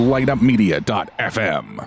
LightUpMedia.fm